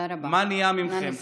מה נהיה מכם?